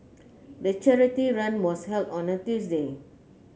the charity run was held on a Tuesday